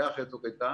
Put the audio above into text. זה היה אחרי צוק איתן,